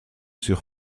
sur